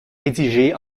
rédigé